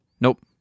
Nope